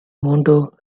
mondo